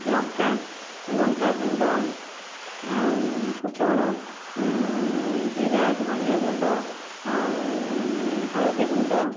ଲଙ୍କା ଲଙ୍କାଗୁଣ୍ଡ ଆଉ ଫୁଟଣ ଜୀରା ଧନିଆଗୁଣ୍ଡ ଆଉ ହଳଦୀଗୁଣ୍ଡ